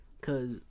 Cause